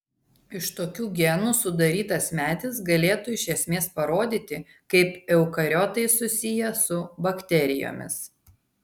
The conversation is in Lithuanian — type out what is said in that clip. iš tokių genų sudarytas medis galėtų iš esmės parodyti kaip eukariotai susiję su bakterijomis